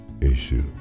issue